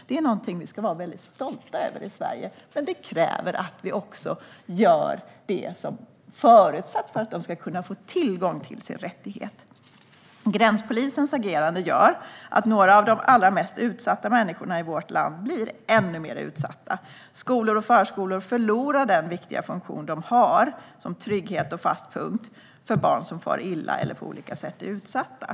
Det är någonting som vi ska vara väldigt stolta över i Sverige, men det kräver att vi också gör det som förutsätts för att de ska kunna få tillgång till sina rättigheter. Gränspolisens agerande gör så att några av de allra mest utsatta människorna i vårt land blir ännu mer utsatta. Skolor och förskolor förlorar den viktiga funktion de har som trygghet och fast punkt för barn som far illa eller på olika sätt är utsatta.